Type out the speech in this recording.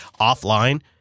offline